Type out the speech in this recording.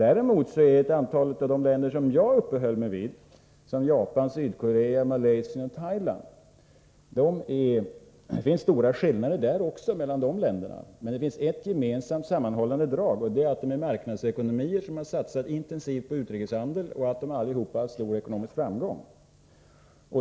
Beträffande de länder jag uppehöll mig vid — Japan, Sydkorea, Malaysia och Thailand — finns också stora skillnader, men det finns ett gemensamt och sammanhållande drag, nämligen att de är marknadsekonomier, som har satsat intensivt på utrikeshandel, och att de allihop har haft stor ekonomisk framgång.